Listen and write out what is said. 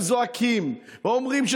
רק בנושא הזה.